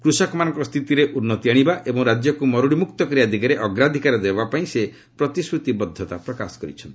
କୃଷକମାନଙ୍କ ସ୍ଥିତିରେ ଉନ୍ନତି ଆଶିବା ଏବଂ ରାଜ୍ୟକୁ ମରୁଡ଼ିମୁକ୍ତ କରିବା ଦିଗରେ ଅଗ୍ରାଧିକାର ଦେବାପାଇଁ ସେ ପ୍ରତିଶ୍ରୁତିବଦ୍ଧତା ପ୍ରକାଶ କରିଛନ୍ତି